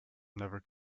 never